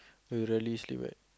so you really sleep at